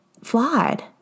flawed